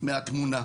מהתמונה.